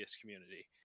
community